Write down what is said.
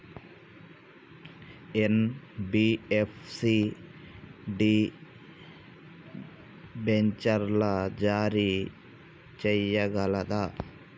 NBFC డిబెంచర్లు జారీ చేయగలదా?